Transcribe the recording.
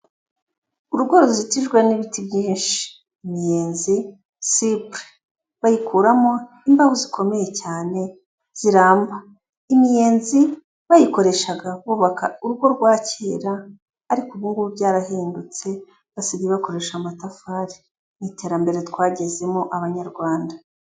Urugo ruzitijwe n'ibiti byinshi imiyenzi, sipure bayikuramo imbaho zikomeye cyane ziramba, imiyenzi bayikoreshaga bubaka urugo rwa kera ariko ubungubu byarahindutse basigaye bakoresha amatafari ni iterambere twagezemo abanyarwanda.